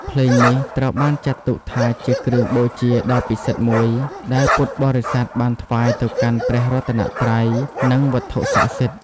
ភ្លេងនេះត្រូវបានចាត់ទុកថាជាគ្រឿងបូជាដ៏ពិសិដ្ឋមួយ ដែលពុទ្ធបរិស័ទបានថ្វាយទៅកាន់ព្រះរតនត្រ័យ និងវត្ថុស័ក្តិសិទ្ធិ។